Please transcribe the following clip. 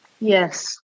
yes